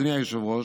אדוני היושב-ראש,